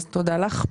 אז תודה לך.